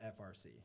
FRC